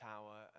Tower